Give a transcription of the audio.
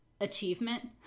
Achievement